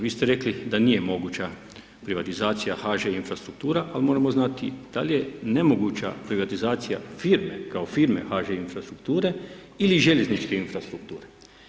Vi ste rekli da nije moguća privatizacija HŽ infrastruktura, ali moramo znati, da li je nemoguća privatizacija firme, kao firme HŽ infrastrukture ili željezničke infrastrukture.